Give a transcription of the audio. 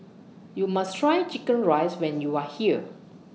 YOU must Try Chicken Rice when YOU Are here